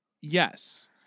Yes